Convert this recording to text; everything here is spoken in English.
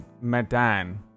medan